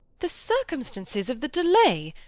the circumstanccs of the delay!